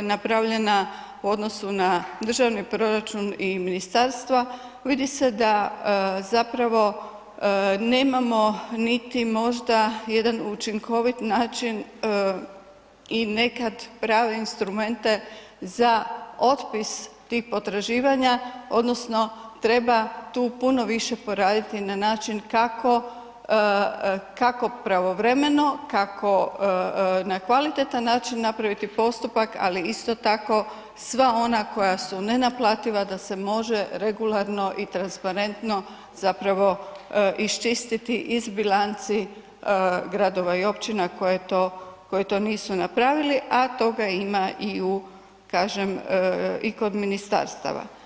napravljena u odnosu na državni proračun i ministarstva vidi se da zapravo nemamo niti možda niti jedan učinkovit način i nekad prave instrumente za otpis tih potraživanja odnosno treba tu puno više poraditi na način kako, kako pravovremeno, kako na kvalitetan način napraviti postupak, ali isto tako sva ona koja su nenaplativa da se može regularno i transparentno zapravo iščistiti iz bilanci gradova i općina koje to nisu napravili, a toga ima i u kažem i kod ministarstava.